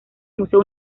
museo